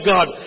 God